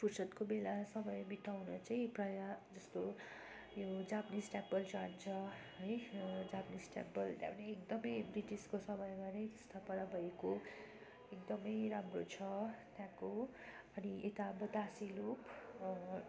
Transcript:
फुर्सदको बेला समय बिताउन चै प्रायः जस्तो यो जापानिज टेम्पल जान्छ है जापानिज टेम्पल त्यहाँ पनि एकदम ब्रिटिसको समयमा नै स्थापना भएको एकदम राम्रो छ त्यहाँको अनि यता बतासे लुप